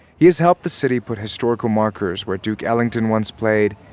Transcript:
he has helped the city put historical markers where duke ellington once played,